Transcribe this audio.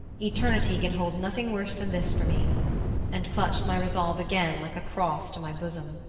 eternity can hold nothing worse than this for me and clutched my resolve again like a cross to my bosom.